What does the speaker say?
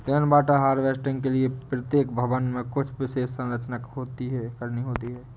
rain water harvesting के लिए प्रत्येक भवन में कुछ विशेष संरचना करनी होती है